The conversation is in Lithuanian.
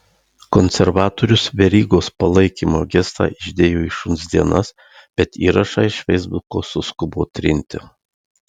konservatorius verygos palaikymo gestą išdėjo į šuns dienas bet įrašą iš feisbuko suskubo trinti